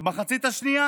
ובמחצית השנייה,